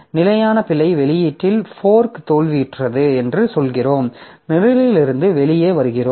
நிலையான பிழை வெளியீட்டில் ஃபோர்க் தோல்வியுற்றது என்று சொல்கிறோம் நிரலிலிருந்து வெளியே வருகிறோம்